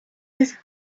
these